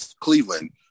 Cleveland